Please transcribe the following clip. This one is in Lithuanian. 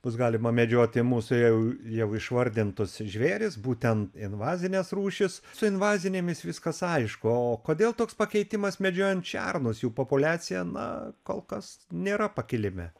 bus galima medžioti mūsų jau jau išvardintus žvėris būten invazines rūšis su invazinėmis viskas aišku o kodėl toks pakeitimas medžiojant šernus jų populiacija na kol kas nėra pakilime